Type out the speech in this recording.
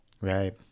Right